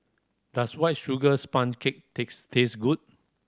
does White Sugar Sponge Cake takes taste good